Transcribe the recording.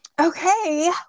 okay